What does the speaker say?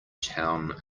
town